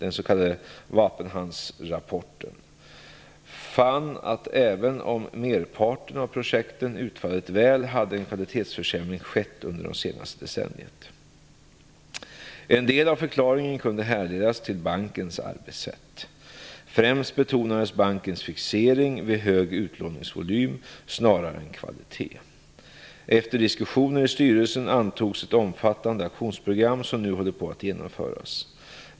Den s.k. Wapenhansrapporten fann att även om merparten av projekten utfallit väl hade en kvalitetsförsämring skett under det senaste decenniet. En del av förklaringen kunde härledas till bankens arbetssätt. Främst betonades bankens fixering vid hög utlåningsvolym snarare än kvalitet. Efter diskussioner i styrelsen antogs ett omfattande aktionsprogram, som nu håller på att genomföras.